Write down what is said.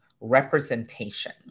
representation